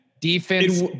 Defense